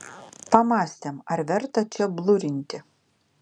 pamąstėm ar verta čia blurinti